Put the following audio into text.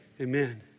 Amen